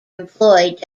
employed